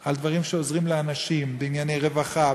בוועדות על דברים שעוזרים לאנשים בענייני רווחה,